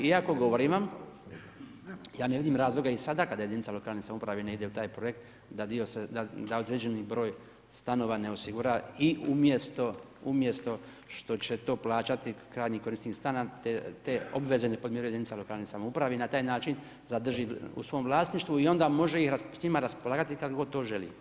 Iako govorim vam, ja ne vidim razloga i sada kada jedinica lokalne samouprave ne ide u taj projekt da dio se, da određeni broj stanova ne osigura i umjesto što će to plaćati krajnji korisnik stana te obveze ne podmire jedinice lokalne samouprave i na taj način zadrži u svom vlasništvu i onda može s njima raspolagati kada god to želi.